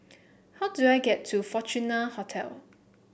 how do I get to Fortuna Hotel